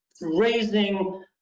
raising